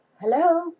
Hello